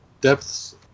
Depths